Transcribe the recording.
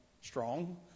strong